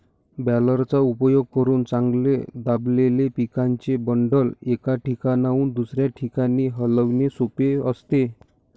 बॅलरचा उपयोग करून चांगले दाबलेले पिकाचे बंडल, एका ठिकाणाहून दुसऱ्या ठिकाणी हलविणे सोपे असते